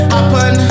Happen